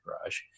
garage